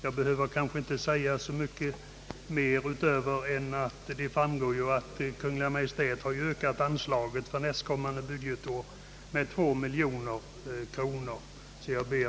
Jag behöver kanske inte säga så mycket mer än att det av utlåtandet framgår att Kungl. Maj:t har föreslagit en anslagsökning för nästkommande budgetår med 2 miljoner kronor.